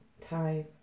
time